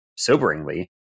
soberingly